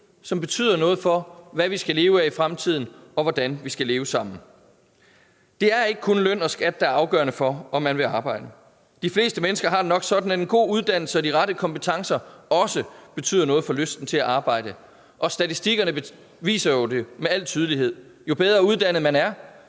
som betyder noget for, hvad vi skal leve af i fremtiden, og hvordan vi skal leve sammen. Det er ikke kun løn og skat, der er afgørende for, om man vil arbejde. De fleste mennesker har det nok sådan, at en god uddannelse og de rette kompetencer også betyder noget for lysten til at arbejde, og statistikkerne viser det jo med al tydelighed. Jo bedre uddannet man er,